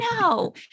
no